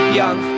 young